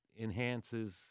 enhances